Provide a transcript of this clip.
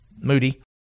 moody